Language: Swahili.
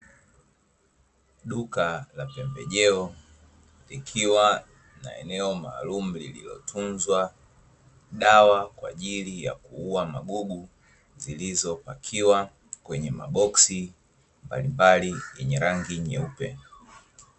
Duka la pembejeo, likiwa na eneo maalumu lililotunzwa dawa kwa ajili ya kuua magugu; zilizopakiwa kwenye maboksi mbalimbali yenye rangi nyeupe.